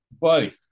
Buddy